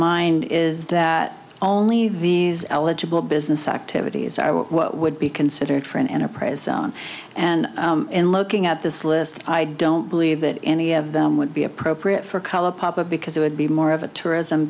mind is that only these eligible business activities i would what would be considered for an enterprise zone and in looking at this list i don't believe that any of them would be appropriate for color papa because it would be more of a tourism